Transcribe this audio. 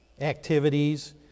activities